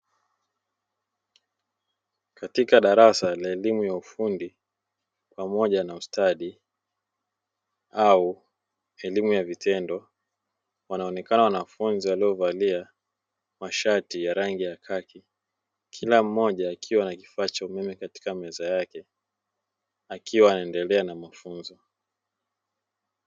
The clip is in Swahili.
Katika darasa la elimu ya ufundi pamoja na ustadi au elimu ya vitendo wanaonekana wanafunzi waliovalia mashati ya rangi ya kaki, kila mmoja akiwa na kifaa cha umeme katika meza yake akiwa anaendelea na mafunzo.